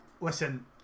listen